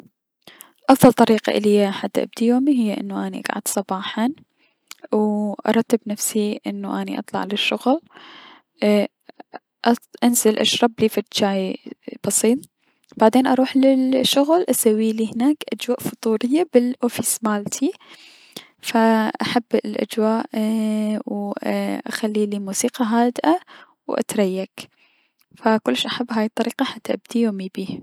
افضل طريقة اليا حتى اني ابدي يومي هي انو اني اكعد صباحا وو ارتب نفسي انو اني اطلع للشغل، اي انزل اشربلي فد شاي بسيط بعدين اروح للشغل اسويلي هناك اجواء فطورية بل اوفيس مالتي فأحب الأجواء وو اي اخليلي موسيقى هادئة و اتريك فكلش احب هاي الطريقة حتى ابدي يومي بيه.